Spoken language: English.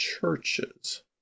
churches